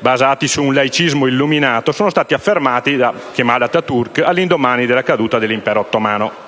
basati su un laicismo illuminato, sono stati affermati da Kemal Atatürk all'indomani della caduta dell'Impero Ottomano.